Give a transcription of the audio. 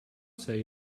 say